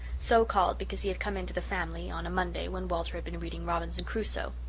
so called because he had come into the family on a monday when walter had been reading robinson crusoe.